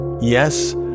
Yes